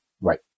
right